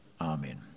Amen